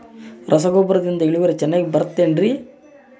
ರಸಗೊಬ್ಬರದಿಂದ ಇಳುವರಿ ಚೆನ್ನಾಗಿ ಬರುತ್ತೆ ಏನ್ರಿ?